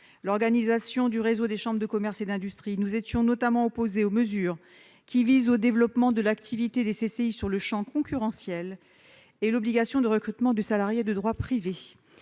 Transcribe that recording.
l'organisation du réseau des chambres de commerce et d'industrie. Nous étions notamment opposés aux mesures qui visent au développement de l'activité des CCI dans le champ concurrentiel et à l'obligation de recrutement de salariés de droit privé.